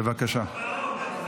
בבקשה.